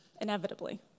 inevitably